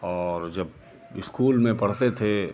और जब इस्कूल में पढ़ते थे